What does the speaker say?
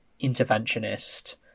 interventionist